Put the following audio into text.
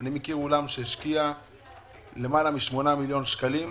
אני מכיר אולם שהשקיע למעלה מ-8 מיליון שקלים,